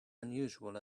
unusual